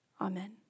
Amen